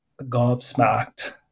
gobsmacked